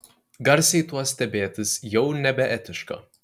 garsiai tuo stebėtis jau nebeetiška